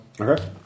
Okay